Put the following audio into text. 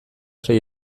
sei